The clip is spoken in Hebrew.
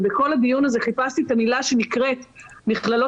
ובכל הדיון הזה חיפשתי את המילה שנקראת "מכללות